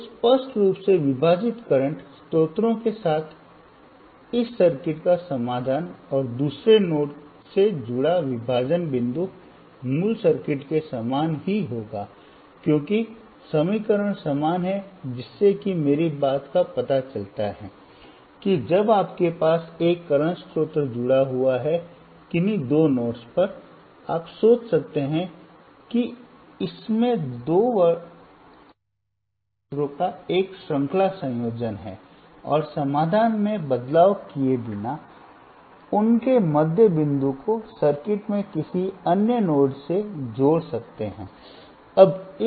तो स्पष्ट रूप से विभाजित करंट स्रोतों के साथ इस सर्किट का समाधान और दूसरे नोड से जुड़ा विभाजन बिंदु मूल सर्किट के समान ही होगा क्योंकि समीकरण समान हैं जिससे कि मेरी बात का पता चलता है कि जब आपके पास एक करंट स्रोत जुड़ा हुआ है किन्हीं दो नोड्स आप सोच सकते हैं कि इसमें दो वर्तमान स्रोतों का एक श्रृंखला संयोजन है और समाधान में बदलाव किए बिना उन के मध्य बिंदु को सर्किट में किसी अन्य नोड से जोड़ सकते हैं